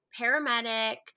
paramedic